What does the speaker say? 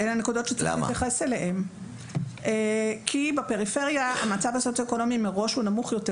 מכיוון שבפריפריה המצב הסוציו האקונומי נמוך יותר,